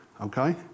okay